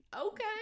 Okay